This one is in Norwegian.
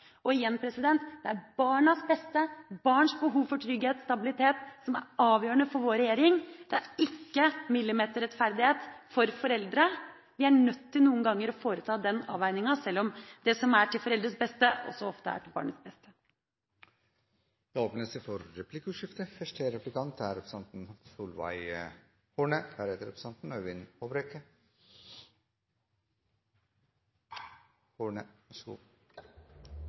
Igjen: Det er barnas beste og barns behov for trygghet og stabilitet som er avgjørende for vår regjering, det er ikke millimeterrettferdighet for foreldre. Vi er nødt til noen ganger å foreta den avveininga, sjøl om det som er til foreldres beste, også ofte er til barnets beste. Det blir replikkordskifte. Jeg er